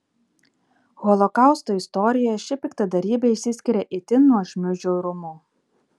holokausto istorijoje ši piktadarybė išsiskiria itin nuožmiu žiaurumu